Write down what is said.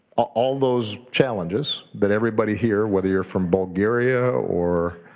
all those challenges that everybody here, whether you're from bulgaria or